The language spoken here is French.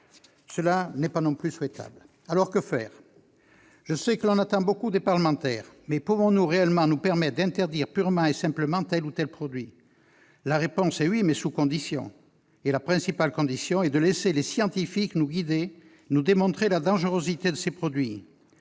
n'est pas non plus souhaitable. Aussi, que faire ? Je sais que l'on attend beaucoup des parlementaires, mais pouvons-nous réellement nous permettre d'interdire purement et simplement tel ou tel produit ? Oui, mais sous condition. Il s'agit principalement de laisser les scientifiques nous guider, en nous démontrant la dangerosité de ces produits.